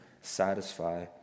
satisfy